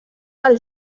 del